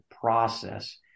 process